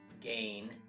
gain